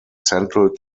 central